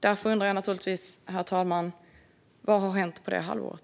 Därför undrar jag naturligtvis, herr talman, vad som har hänt under det halvåret.